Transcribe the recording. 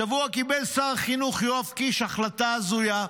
השבוע קיבל שר החינוך יואב קיש החלטה הזויה,